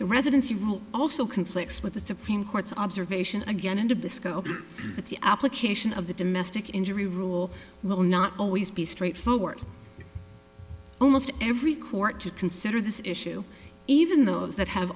the residency rule also conflicts with the supreme court's observation again and of the scope of the application of the domestic injury rule will not always be straightforward almost every court to consider this issue even those that have